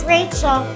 Rachel